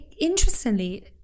interestingly